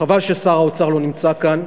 חבל ששר האוצר לא נמצא כאן.